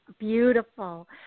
beautiful